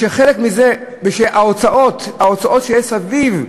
ההוצאות שיש סביב,